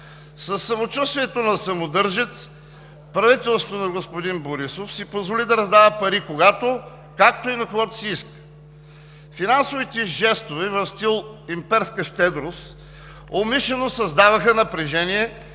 Със самочувствието на самодържец правителството на господин Борисов си позволи да раздава пари, когато, както и на когото си иска. Финансовите жестове стил имперска щедрост умишлено създаваха напрежение